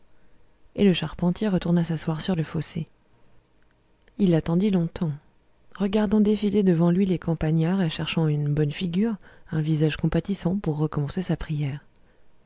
et le charpentier retourna s'asseoir sur le fossé il attendit longtemps regardant défiler devant lui les campagnards et cherchant une bonne figure un visage compatissant pour recommencer sa prière